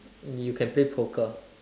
you can play poker